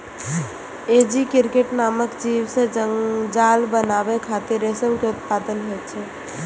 रसी क्रिकेट नामक जीव सं जाल बनाबै खातिर रेशम के उत्पादन होइ छै